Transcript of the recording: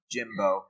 Jimbo